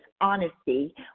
honesty